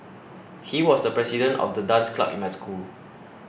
he was the president of the dance club in my school